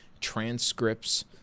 transcripts